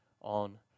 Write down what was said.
on